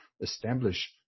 establish